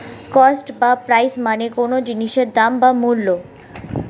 cost বা price মানে কোনো জিনিসের দাম বা মূল্য